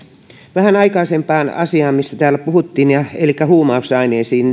vähän aikaisempaan asiaan mistä täällä puhuttiin elikkä huumausaineisiin